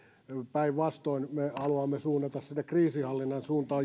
päinvastoin me haluamme suunnata sinne kriisinhallinnan suuntaan